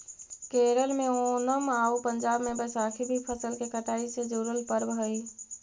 केरल में ओनम आउ पंजाब में बैसाखी भी फसल के कटाई से जुड़ल पर्व हइ